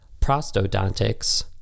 prostodontics